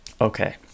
Okay